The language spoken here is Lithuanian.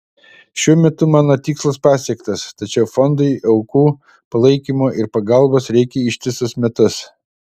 šiuo metu mano tikslas pasiektas tačiau fondui aukų palaikymo ir pagalbos reikia ištisus metus